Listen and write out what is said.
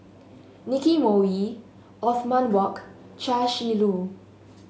Nicky Moey Othman Wok Chia Shi Lu